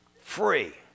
free